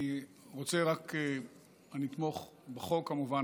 אני אתמוך בחוק, כמובן.